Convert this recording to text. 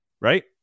Right